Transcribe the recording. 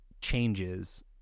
changes